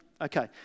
Okay